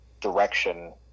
direction